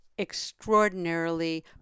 extraordinarily